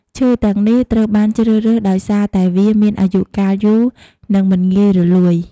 ឈើទាំងនេះត្រូវបានជ្រើសរើសដោយសារតែវាមានអាយុកាលយូរ និងមិនងាយរលួយ។